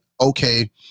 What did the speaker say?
okay